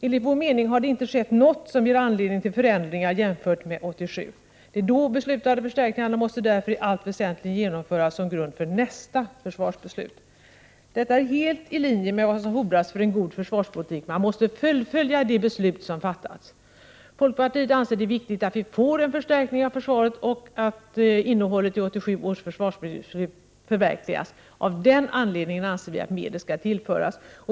Enligt vår mening har det inte skett något som ger anledning till förändringar jämfört med 1987. De då beslutade förstärkningarna måste därför i allt väsentligt genomföras som grund för nästa försvarsbeslut. Detta är helt i linje med vad som fordras för en god försvarspolitik. Man måste fullfölja de beslut som har fattats. Folkpartiet anser att det är viktigt att vi får en förstärkning av försvaret och att innehållet i 1987 års försvarsbeslut förverkligas. Av den anledningen anser vi att medel skall tillföras.